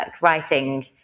writing